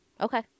Okay